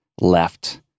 left